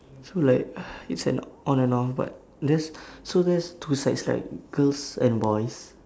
so like it's an on and off but there's so there's two sides right girls and boys